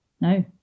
no